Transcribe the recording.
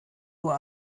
nur